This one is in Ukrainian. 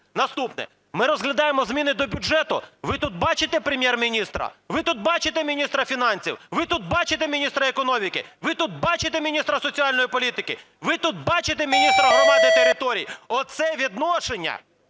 Наступне. Ми розглядаємо зміни до бюджету. Ви тут бачите Прем'єр-міністра? Ви тут бачите міністра фінансів? Ви тут бачите міністра економіка, ви тут бачите міністра соціальної політики? Ви тут бачите міністра громад і територій? Оце відношення